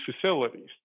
facilities